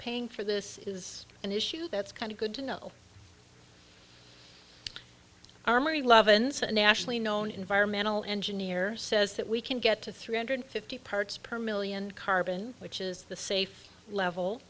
paying for this is an issue that's kind of good to know armory leavens a nationally known environmental engineer says that we can get to three hundred fifty parts per million carbon which is the safe level